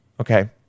Okay